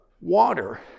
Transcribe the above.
water